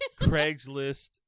Craigslist